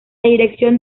dirección